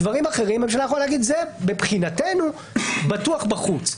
לגבי דברים אחרים הממשלה יכולה להגיד: זה מבחינתנו בטוח בחוץ.